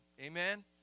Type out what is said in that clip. Amen